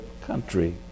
country